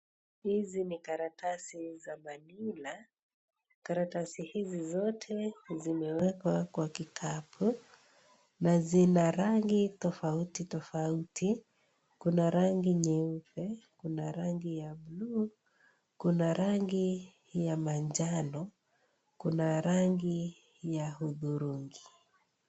Hizi ni karatasi za (cs) manila (cs). Karatasi hizi zote zimewekwa kwa kitabu na zina rangi tofauti tofauti. Kuna rangi nyeupe, kuna rangi ya blue kuna rangi ya manjano kuna rangi ya hudhurungi.